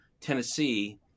Tennessee